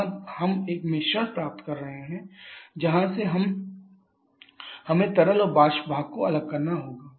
यहाँ हम एक मिश्रण कर रहे हैं जहाँ से हमें तरल और वाष्प भाग को अलग करना होगा